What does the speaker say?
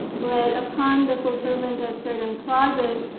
where upon the fulfillment of certain clauses,